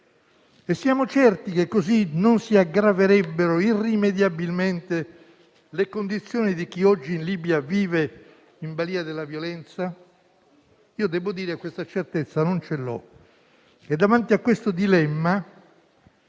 Siamo certi che così non si aggraverebbero irrimediabilmente le condizioni di chi oggi in Libia vive in balia della violenza? Devo dire che io questa certezza non ce l'ho. Davanti a questo dilemma